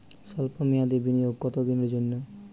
সল্প মেয়াদি বিনিয়োগ কত দিনের জন্য?